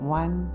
one